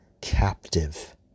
captive